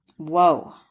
Whoa